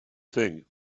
think